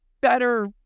better